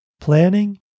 planning